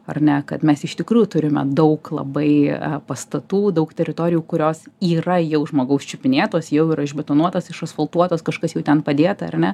ar ne kad mes iš tikrųjų turime daug labai pastatų daug teritorijų kurios yra jau žmogaus čiupinėtos jau yra išbetonuotos išasfaltuotos kažkas jau ten padėta ar ne